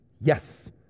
Yes